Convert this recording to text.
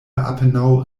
apenaŭ